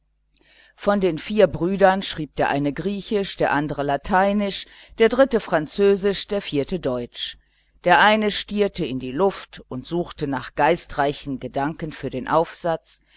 von den vier brüdern schrieb der eine griechisch der andere lateinisch der dritte französisch der vierte deutsch der eine stierte in die luft und suchte nach geistreichen gedanken für den aufsatz